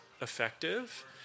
effective